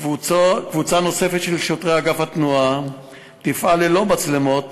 קבוצה נוספת של שוטרי אגף התנועה תפעל ללא מצלמות